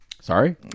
Sorry